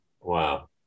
Wow